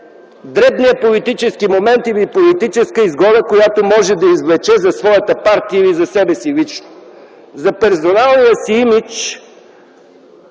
дребния политически момент или политическа изгода, която може да извлече за своята партия или за себе си лично, за персоналния си имидж,